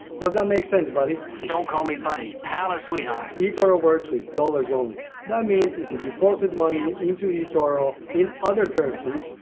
does that make sense, buddy? hey, don't call me buddy. pal or sweetheart. etoro works with dollars only. that means if you deposit money into etoro in other currencies,